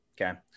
Okay